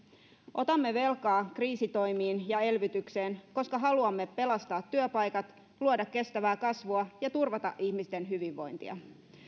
otamme velkaa kriisitoimiin ja elvytykseen koska haluamme pelastaa työpaikat luoda kestävää kasvua ja turvata ihmisten hyvinvointia